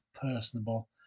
personable